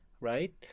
right